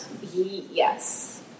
Yes